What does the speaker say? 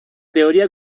teoría